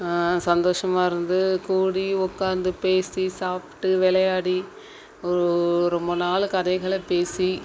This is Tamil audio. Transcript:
சந்தோஷமாக இருந்து கூடி உட்காந்து பேசி சாப்பிடுட்டு விளையாடி ஒ ஒரு ரொம்ப நாள் கதைகளை பேசி